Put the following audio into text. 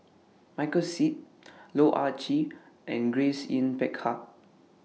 Michael Seet Loh Ah Chee and Grace Yin Peck Ha